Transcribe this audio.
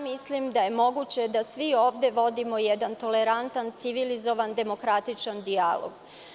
Mislim da je moguće da svi ovde vodimo jedan tolerantan, civilizovan demokratičan dijalog.